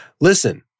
Listen